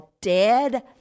dead